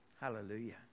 Hallelujah